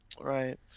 Right